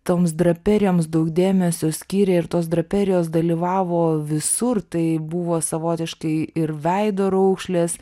toms draperijomis daug dėmesio skyrė ir tos draperijos dalyvavo visur tai buvo savotiškai ir veido raukšlės